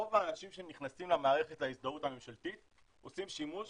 רוב האנשים שנכנסים למערכת ההזדהות הממשלתית עושים שימוש